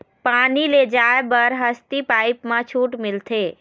पानी ले जाय बर हसती पाइप मा छूट मिलथे?